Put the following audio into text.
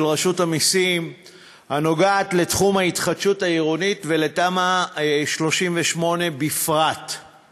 רשות המסים הנוגעת בתחום ההתחדשות העירונית ובתמ"א 38 בפרט,